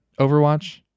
Overwatch